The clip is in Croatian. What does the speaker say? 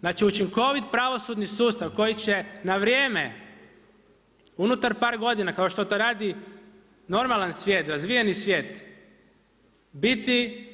Znači, učinkovit pravosudni sustav koji će na vrijeme unutar par godina kao što to radi normalan svijet, razvijeni svijet biti